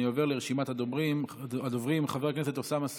אני עובר לרשימת הדוברים: חבר הכנסת אוסאמה סעדי,